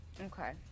Okay